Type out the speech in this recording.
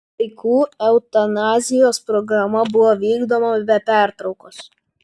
vaikų eutanazijos programa buvo vykdoma be pertraukos